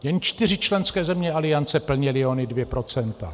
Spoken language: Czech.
Jen čtyři členské země aliance plnily ona dvě procenta.